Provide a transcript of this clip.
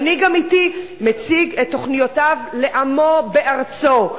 מנהיג אמיתי מציג את תוכניותיו לעמו בארצו.